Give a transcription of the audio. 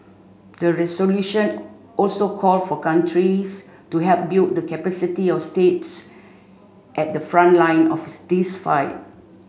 the resolution also call for countries to help build the capacity of states at the front line of this fight